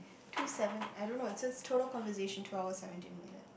two seven I don't know it says total conversation two hours seventeen minute